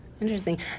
Interesting